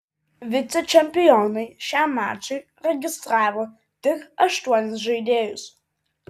vicečempionai šiam mačui registravo tik aštuonis žaidėjus